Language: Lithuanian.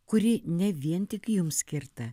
kuri ne vien tik jums skirta